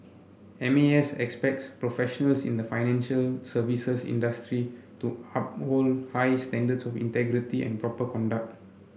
M A S expects professionals in the financial services industry to uphold high standards of integrity and proper conduct